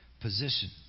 position